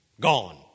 gone